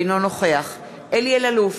אינו נוכח אלי אלאלוף,